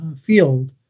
field